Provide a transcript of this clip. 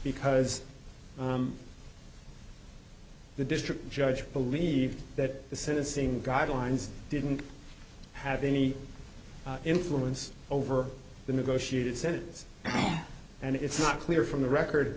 because the district judge believed that the sentencing guidelines didn't have any influence over the negotiated sentence and it's not clear from the record